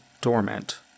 dormant